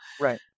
Right